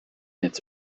its